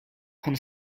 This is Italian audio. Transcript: con